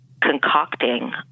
concocting